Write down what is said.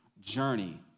journey